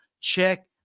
check